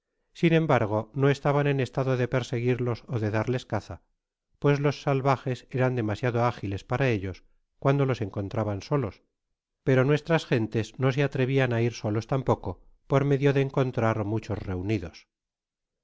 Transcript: sin embargo no estaban en estado de perseguirlos ó de darles caza pues los salvajes eran demasiado ágiles para ellos cuando los encontraban solos pero nuestrasgentes no se atrevian á ir solos tampoco por miedo de encontrar muchos reunidos